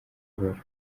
korora